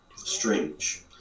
Strange